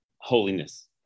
holiness